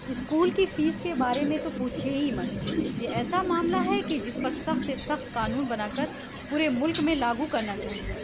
school کی fees کے بارے میں تو پوچھیے ہی مت یہ ایسا معاملہ ہے کہ جس پر سخت سے سخت قانون بنا کر پورے ملک میں لاگو کرنا چاہیے